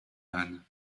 âne